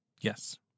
Yes